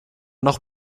noch